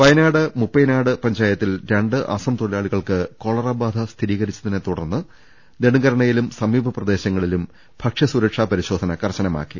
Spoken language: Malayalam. വയനാട് മുഖപ്പെനാട് പഞ്ചായത്തിൽ രണ്ട് അസം തൊഴിലാളികൾക്ക് കോളറ ബാധ സ്ഥിരീകരിച്ചതിനെതുടർന്ന് നെടുങ്കരണയിലും സമീപ പ്രദേശങ്ങളിലും ഭക്ഷ്യ സുരക്ഷാ പരിശോധന് കർശനമാക്കി